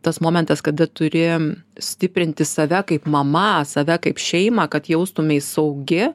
tas momentas kada turi stiprinti save kaip mama save kaip šeimą kad jaustumeis saugi